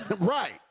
Right